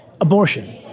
abortion